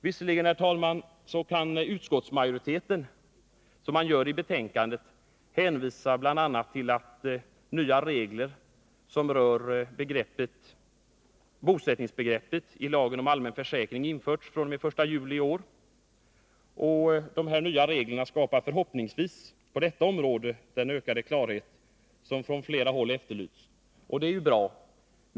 Visserligen har, som utskottsmajoriteten påpekar, nya regler som rör bosättningsbegreppet från den 1 juli i år införts i lagen om allmän försäkring, och dessa regler skapar förhoppningsvis på detta område den ökade klarhet som från flera håll har efterlysts. Det är bra.